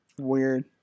Weird